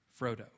Frodo